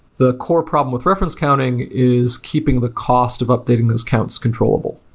the core problem with reference counting is keeping the cost of updating those counts controllable,